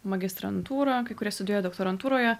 magistrantūrą kai kurie studijuoja doktorantūroje